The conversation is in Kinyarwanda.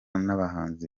n’abahanzi